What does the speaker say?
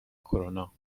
کرونا